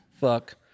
Fuck